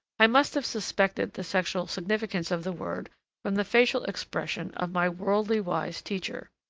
i must have suspected the sexual significance of the word from the facial expression of my worldly-wise teacher.